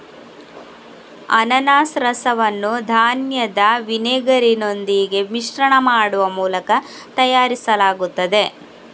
ಅನಾನಸ್ ರಸವನ್ನು ಧಾನ್ಯದ ವಿನೆಗರಿನೊಂದಿಗೆ ಮಿಶ್ರಣ ಮಾಡುವ ಮೂಲಕ ತಯಾರಿಸಲಾಗುತ್ತದೆ